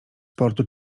portu